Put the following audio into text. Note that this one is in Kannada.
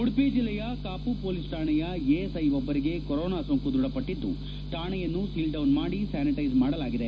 ಉಡುಪಿ ಜಿಲ್ಲೆಯ ಕಾಪು ಪೊಲೀಸ್ ಶಾಣೆಯ ಎಎಸ್ಐ ಒಬ್ಬರಿಗೆ ಕೊರೊನಾ ಸೋಂಕು ದೃಢಪಟ್ಟಿದ್ದು ಶಾಣೆಯನ್ನು ಸೀಲ್ಡೌನ್ ಮಾಡಿ ಸ್ಥಾನಿಟ್ಟೆಸ್ ಮಾಡಲಾಗಿದೆ